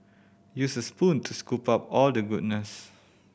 use a spoon to scoop out all the goodness